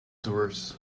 doers